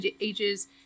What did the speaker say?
ages